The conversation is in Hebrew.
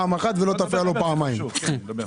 היו,